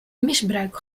misbruik